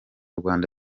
rwanda